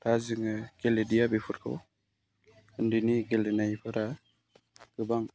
दा जोङो गेलेलिया बेफोरखौ उन्दैनि गेलेनायफोरा गोबां